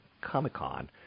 Comic-Con